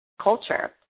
culture